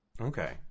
Okay